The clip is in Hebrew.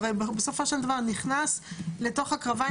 הרי בסופו של דבר הוא נכנס לתוך הקרביים